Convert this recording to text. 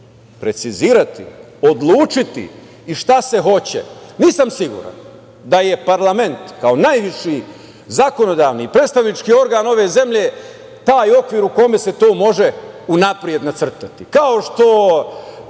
precizirati, odlučiti i šta se hoće. Nisam siguran da je parlament, kao najviši zakonodavni i predstavnički organ ove zemlje taj okvir u kome se to može unapred nacrtati. Kao što